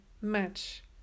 match